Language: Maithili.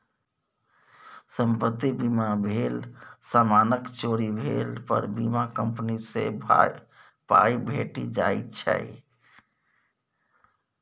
संपत्ति बीमा भेल समानक चोरी भेला पर बीमा कंपनी सँ पाइ भेटि जाइ छै